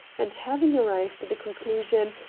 and, having arrived at a conclusion,